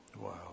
Wow